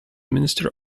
minister